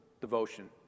Devotion